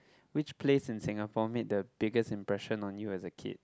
which place in Singapore made the biggest impression on you as a kid